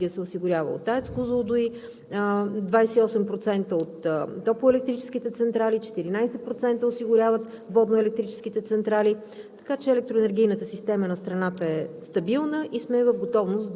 Към настоящия момент малко над 35% от електрическата енергия се осигурява от АЕЦ „Козлодуй“; 28% от топлоелектрическите централи; 14% осигуряват водноелектрическите централи,